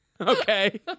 okay